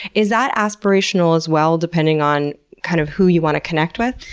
is that aspirational as well, depending on kind of who you want to connect with?